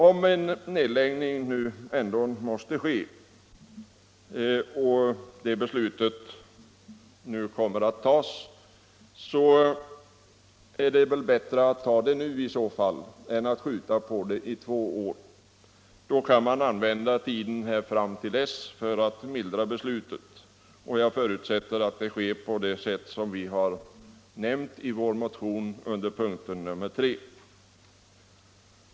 Om ett beslut om nedläggning ändå måste fattas, är det väl bättre att ta det nu än att skjuta på det i två år. Då kan man använda tiden för att mildra verkningarna, och jag förutsätter att det sker på det sätt som vi har nämnt i vår motion under punkten 3.